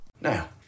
Now